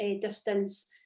distance